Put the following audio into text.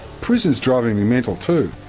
prison is driving me mental too,